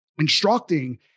Instructing